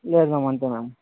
లేదు మ్యామ్ అంతే మ్యామ్